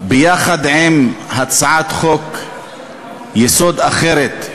ביחד עם הצעת חוק-יסוד אחרת,